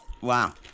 Wow